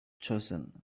chosen